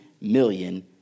million